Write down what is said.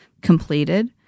completed